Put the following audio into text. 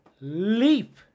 leap